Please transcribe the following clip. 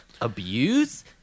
abuse